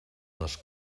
les